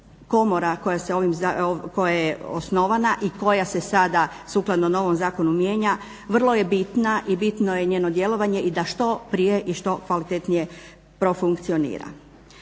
komora koja je osnovana i koja se sada sukladno novom zakonu mijenja vrlo je bitna i bitno je njeno djelovanje i da što prije i što kvalitetnije profunkcionira.